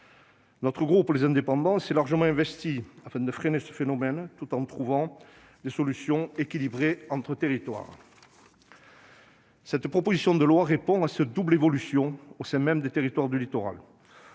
Notre groupe s'est largement investi afin de freiner ce phénomène tout en trouvant des solutions équilibrées entre territoires. Cette proposition de loi répond à cette double évolution au sein même des territoires du littoral.